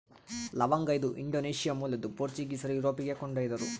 ಲವಂಗ ಇದು ಇಂಡೋನೇಷ್ಯಾ ಮೂಲದ್ದು ಪೋರ್ಚುಗೀಸರು ಯುರೋಪಿಗೆ ಕೊಂಡೊಯ್ದರು